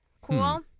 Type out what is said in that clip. Cool